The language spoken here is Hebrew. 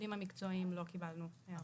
מהאיגודים המקצועיים לא קיבלנו הערות.